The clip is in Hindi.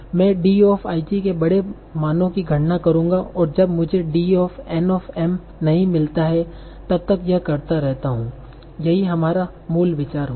मैं D के बड़े मानो की गणना करूँगा और जब तक मुझे D नहीं मिलता है तब तक यह करता रहता हूँ यही हमारा मूल विचार होगा